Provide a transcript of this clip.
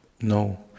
no